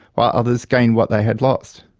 while others gained what they had lost.